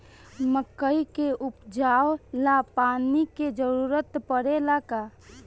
मकई के उपजाव ला पानी के जरूरत परेला का?